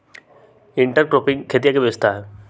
intercropping खेतीया के व्यवस्था हई